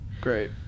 Great